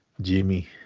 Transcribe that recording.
Jimmy